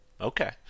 okay